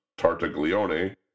Tartaglione